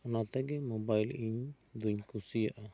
ᱚᱱᱟ ᱛᱮᱜᱮ ᱢᱳᱵᱟᱭᱤᱞ ᱤᱧ ᱫᱩᱧ ᱠᱩᱥᱤᱭᱟᱜᱼᱟ